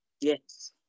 Yes